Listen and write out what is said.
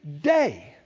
day